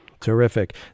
Terrific